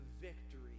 victory